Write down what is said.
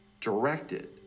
directed